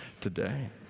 today